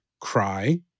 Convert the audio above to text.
cry